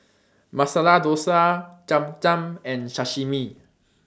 Masala Dosa Cham Cham and Sashimi